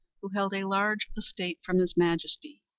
who held a large estate from his majesty,